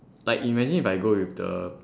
like imagine if I go with the